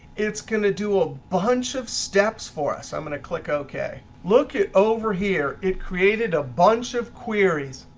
it's going to do a bunch of steps for us. i'm going to click ok. look it over here. it created a bunch of queries.